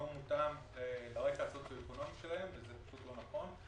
מותאם לרקע הסוציו-אקונומי שלהם זה פשוט לא נכון.